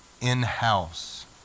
in-house